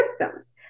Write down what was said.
symptoms